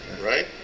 right